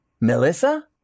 Melissa